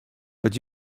but